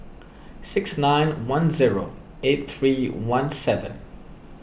six nine one zero eight three one seven